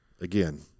again